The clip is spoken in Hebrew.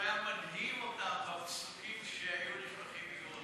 הוא היה מדהים אותם בפסוקים שהיו נשפכים ממנו.